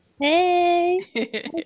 Hey